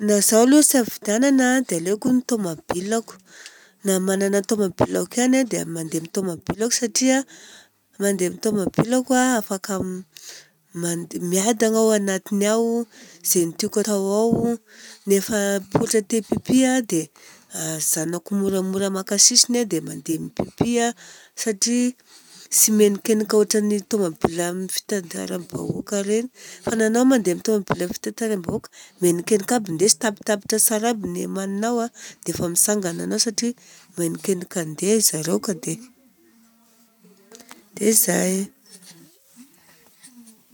Na izaho aloha ampisafidianana dia aleoko tomobiliko, na manana tomobiliko ihany aho dia mandeha amin'ny tomobiliko satria mandeha amin'ny tomobiliko aho afaka miadagna aho agnatiny ao. Zegny tiako atao ao rehefa poritra tia hipipy aho dia ajanonako moramora maka sisiny aho dia mandeha mipipy aho. Satria tsy menikenika ohatra ny amin'ny tomobile fitateram-bahoaka ireny. Fa na anao mandeha amin'ny tomobile fitateram-bahoaka menikenika aby, ndre tsy tapitapitra aby ny amaninao a, dia efa mitsangana anao satria menikenika andeha arizareo kade. Dia izay!